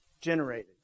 generated